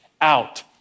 out